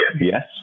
yes